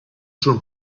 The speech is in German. schon